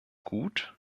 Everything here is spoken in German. gut